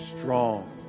Strong